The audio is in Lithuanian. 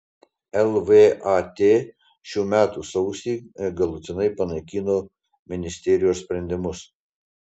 lvat šių metų sausį galutinai panaikino ministerijos sprendimus